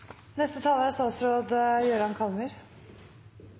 Neste taler er